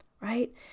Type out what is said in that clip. right